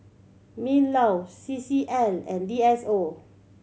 MinLaw C C L and V S O